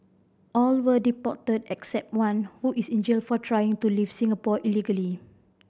all were deported except one who is in jail for trying to leave Singapore illegally